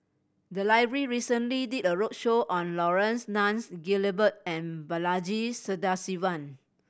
the library recently did a roadshow on Laurence Nunns Guillemard and Balaji Sadasivan